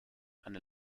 eine